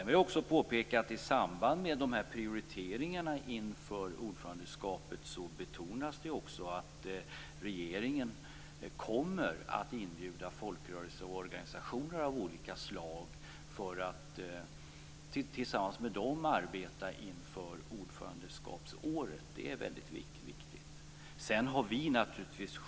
I samband med prioriteringarna inför ordförandeskapet betonas att regeringen kommer att inbjuda folkrörelser och organisationer av olika slag för att tillsammans med dem arbeta inför ordförandeskapsåret. Det är viktigt.